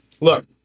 look